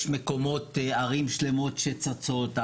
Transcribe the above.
יש ערים שלמות שצצות.